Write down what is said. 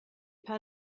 pas